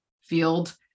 field